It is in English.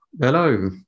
Hello